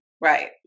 Right